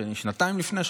השני שנתיים לפני,